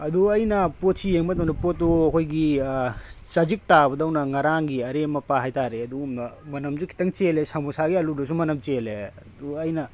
ꯑꯗꯨ ꯑꯩꯅ ꯄꯣꯠꯁꯤ ꯌꯦꯡꯕ ꯃꯇꯝꯗ ꯄꯣꯠꯇꯨ ꯑꯩꯈꯣꯏꯒꯤ ꯆꯖꯤꯛ ꯇꯥꯕꯗꯧꯅ ꯉꯔꯥꯡꯒꯤ ꯑꯔꯦꯝ ꯑꯄꯥ ꯍꯥꯏꯇꯥꯔꯦ ꯑꯗꯨꯒꯨꯝꯕ ꯃꯅꯝꯁꯨ ꯈꯤꯇꯪ ꯆꯥꯜꯂꯦ ꯁꯃꯣꯁꯥꯒꯤ ꯑꯂꯨꯗꯨꯁꯨ ꯃꯅꯝ ꯆꯦꯜꯂꯦ ꯑꯗꯣ ꯑꯩꯅ